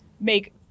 make